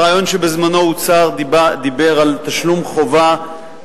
הרעיון שבזמנו הוצע דיבר על תשלום חובה